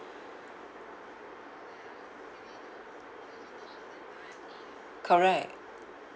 correct